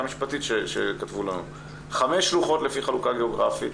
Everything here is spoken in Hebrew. המשפטית שכתבו לנו כך: "חמש שלוחות לפי חלוקה גיאוגרפית